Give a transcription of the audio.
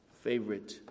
favorite